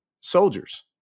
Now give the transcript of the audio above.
soldiers